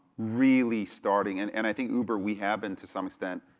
really starting, and and i think uber, we have been, to some extent,